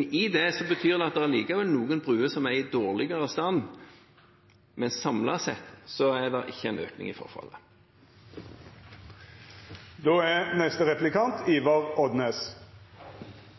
I dette ligger det at det likevel er noen broer som er i dårligere stand, men samlet sett er det ikke en økning av forfallet. I